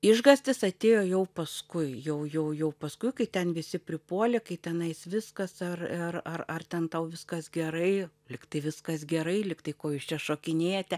išgąstis atėjo jau paskui jau jau jau paskui kai ten visi pripuolė kai tenais viskas ar ir ar ar ten tau viskas gerai lyg tai viskas gerai lyg tai ko jūs čia šokinėjate